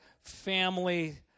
family